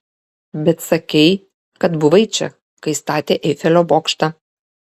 bet sakei kad buvai čia kai statė eifelio bokštą